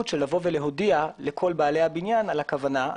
של להודיע לכל בעלי הבניין על הכוונה.